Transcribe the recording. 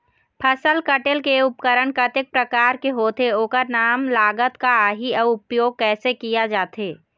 फसल कटेल के उपकरण कतेक प्रकार के होथे ओकर नाम लागत का आही अउ उपयोग कैसे किया जाथे?